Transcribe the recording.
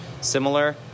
similar